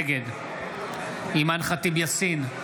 נגד אימאן ח'טיב יאסין,